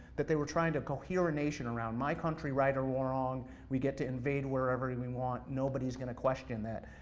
that they were trying to cohere a nation around my country right or wrong, we get to invade where ever we we want, nobody's going to question that.